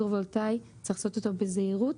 צריך לעשות אותו בזהירות.